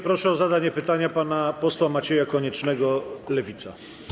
Proszę o zadanie pytania pana posła Macieja Koniecznego, Lewica.